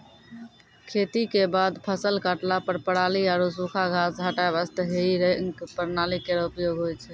खेती क बाद फसल काटला पर पराली आरु सूखा घास हटाय वास्ते हेई रेक प्रणाली केरो उपयोग होय छै